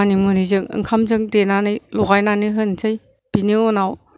मानिमुनिजों ओंखामजों देनानै लगायनानै होनोसै बिनि उनाव